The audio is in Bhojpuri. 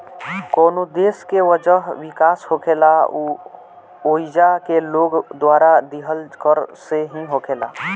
कवनो देश के वजह विकास होखेला उ ओइजा के लोग द्वारा दीहल कर से ही होखेला